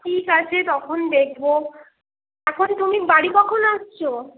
ঠিক আছে তখন দেখবো এখন তুমি বাড়ি কখন আসছো